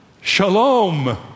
shalom